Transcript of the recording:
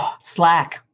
Slack